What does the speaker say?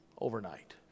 overnight